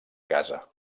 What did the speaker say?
casa